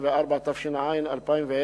94), התש"ע 2010,